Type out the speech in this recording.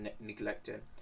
neglected